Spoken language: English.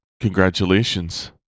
congratulations